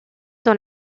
dans